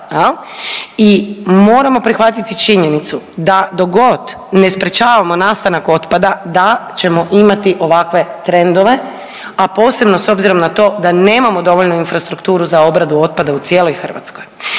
i moramo prihvatiti činjenicu da dok god ne sprječavamo nastanak otpada da ćemo imati ovakve trendove, a posebno s obzirom na to da nemamo dovoljnu infrastrukturu za obradu otpada u cijeloj Hrvatskoj.